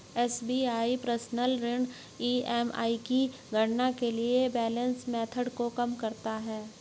SBI personal ऋण EMI की गणना के लिए बैलेंस मेथड को कम करता है